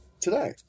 today